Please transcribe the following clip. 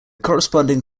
corresponding